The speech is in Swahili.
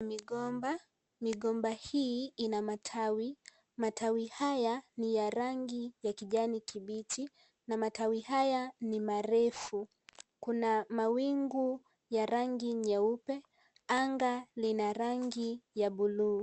Migomba, migomba hii ina matawi, matawi haya ni ya rangi ya kijani kibichi na matawi haya ni marefu. Kuna mawingu ya rangi nyeupe, anga lina rangi ya bluu.